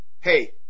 hey